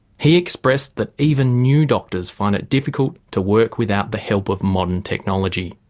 he expressed that even new doctors find it difficult to work without the help of modern technology.